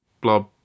blob